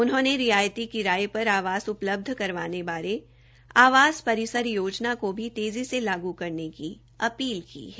उन्होंने रियायती किराये पर आवास उपलब्ध करवाने वारे आवास परिसर योजना को तेज़ी से लागू करने की अपील की है